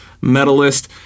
medalist